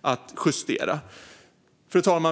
att justera det. Fru talman!